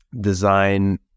design